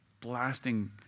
blasting